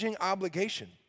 obligation